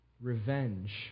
revenge